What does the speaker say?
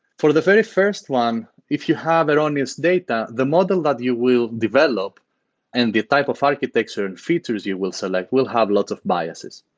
for the very first one, if you have erroneous data, the model that you will develop and the type of architecture and features you will select will have lots of biases.